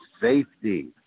safety